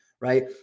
right